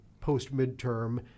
post-midterm